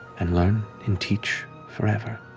and learn and teach forever.